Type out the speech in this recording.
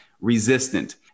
resistant